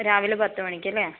രാവിലെ പത്തുമണിക്ക് അല്ലേ